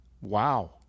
Wow